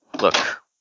Look